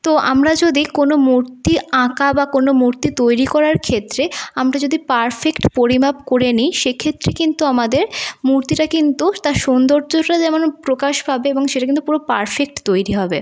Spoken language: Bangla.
তো আমরা যদি কোনো মূর্তি আঁকা বা কোনো মূর্তি তৈরি করার ক্ষেত্রে আমরা যদি পারফেক্ট পরিমাপ করে নিই সেক্ষেত্রে কিন্তু আমাদের মূর্তিটা কিন্তু তার সৌন্দর্যটা যেমন প্রকাশ পাবে এবং সেটা কিন্তু পুরো পারফেক্ট তৈরি হবে